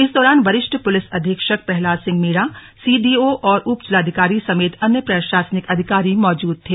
इस दौरान वरिष्ठ पुलिस अधीक्षक प्रह्लाद सिंह मीणा सीडीओ और उपजिलाधिकारी समेत अन्य प्रशासनिक अधिकारी मौजूद थे